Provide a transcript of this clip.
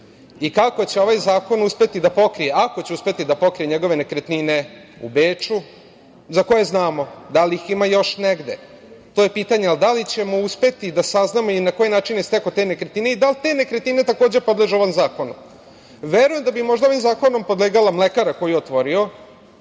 Kako će ovaj zakon uspeti da pokrije, ako će uspeti da pokrije, njegove nekretnine u Beču za koje znamo? Da li ih ima još negde? To je pitanje. Da li ćemo uspeti da saznamo i na koji način je stekao te nekretnine i da li te nekretnine takođe podležu ovom zakonu? Verujem da bi možda ovim zakonom podlegala mlekara koju je otvorio